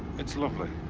it's lovely.